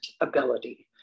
ability